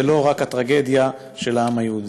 ולא רק הטרגדיה של העם היהודי.